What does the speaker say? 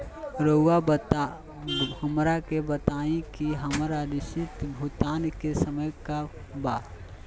रहुआ हमरा के बताइं कि हमरा ऋण भुगतान के समय का बा?